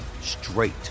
straight